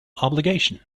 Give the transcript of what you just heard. obligation